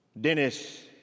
Dennis